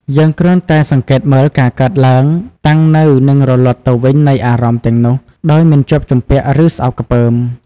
យើងគ្រាន់តែសង្កេតមើលការកើតឡើង តាំងនៅនិងរលត់ទៅវិញនៃអារម្មណ៍ទាំងនោះ ដោយមិនជាប់ជំពាក់ ឬស្អប់ខ្ពើម។